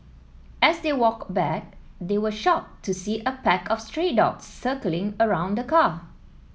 as they walked back they were shocked to see a pack of stray dogs circling around the car